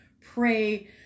pray